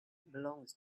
belongs